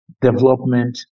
development